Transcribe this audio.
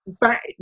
back